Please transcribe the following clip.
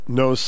no